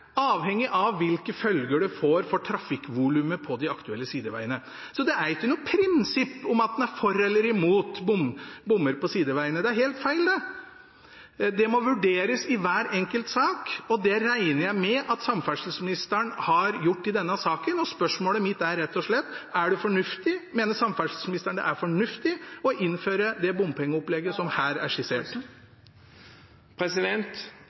avhengig av hvilke følger det får for trafikkvolumet på de aktuelle sidevegene. Så det er ikke noe prinsipp om en er for eller imot bommer på sidevegene – det er helt feil. Det må vurderes i hver enkelt sak, og det regner jeg med at samferdselsministeren har gjort i denne saken. Spørsmålet mitt er rett og slett: Mener samferdselsministeren det er fornuftig å innføre det bompengeopplegget som her er